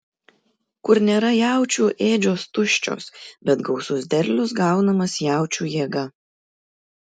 kur nėra jaučių ėdžios tuščios bet gausus derlius gaunamas jaučių jėga